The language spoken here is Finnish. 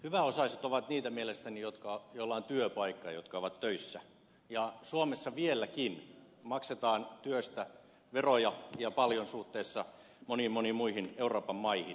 hyväosaiset ovat mielestäni niitä joilla on työpaikka ja jotka ovat töissä ja suomessa vieläkin maksetaan työstä veroja ja paljon suhteessa moniin moniin muihin euroopan maihin